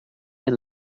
and